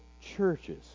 churches